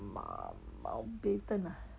ma~ mountbatten ah